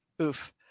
Oof